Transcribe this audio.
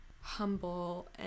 humble